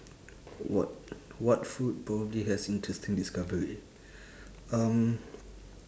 what what food probably has interesting discovery um